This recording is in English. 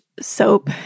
soap